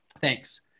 Thanks